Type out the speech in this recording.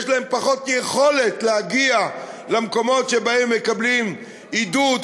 יש להם פחות יכולת להגיע למקומות שבהם מקבלים עידוד,